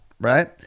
right